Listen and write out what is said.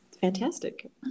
fantastic